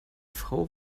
frau